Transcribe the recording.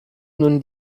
nun